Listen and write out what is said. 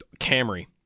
Camry